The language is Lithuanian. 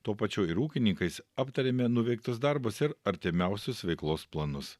tuo pačiu ir ūkininkais aptarėme nuveiktus darbus ir artimiausius veiklos planus